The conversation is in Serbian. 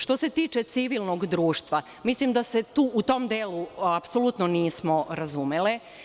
Što se tiče civilnog društva, mislim da se u tom delu apsolutno nismo razumele.